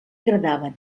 agradaven